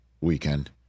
weekend